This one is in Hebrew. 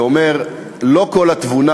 שאומר שלא כל התבונה,